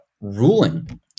ruling